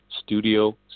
studio